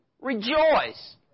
rejoice